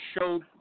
showed